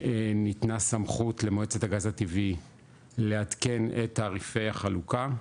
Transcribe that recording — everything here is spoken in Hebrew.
ניתנה סמכות למועצת הגז הטבעי לעדכן את תעריפי החלוקה,